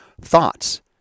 thoughts